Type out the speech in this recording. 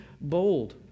bold